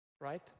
right